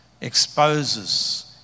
exposes